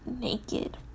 naked